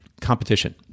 competition